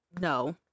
No